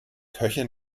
köche